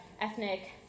ethnic